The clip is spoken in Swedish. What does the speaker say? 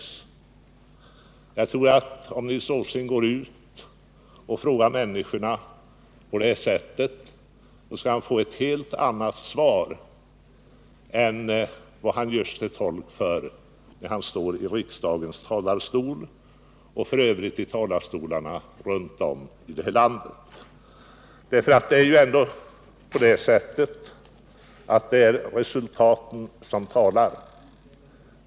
4 Jag tror att om Nils Åsling går ut och frågar människorna på det sättet, så kommer han att få ett helt annat svar än vad han gör sig till tolk för när han står i riksdagens talarstol och f. ö. i talarstolar runt om i det här landet. Det är ju ändå resultaten det gäller.